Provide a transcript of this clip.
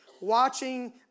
watching